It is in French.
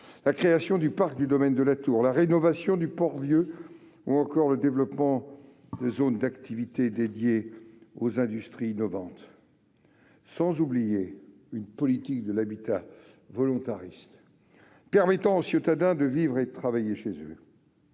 la création du parc du Domaine de la Tour, la rénovation du Port-Vieux ou encore le développement des zones d'activité dédiées aux industries innovantes, sans oublier une politique de l'habitat volontariste permettant aux Ciotadens de vivre et travailler chez eux.